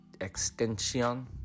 Extension